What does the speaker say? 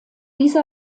diese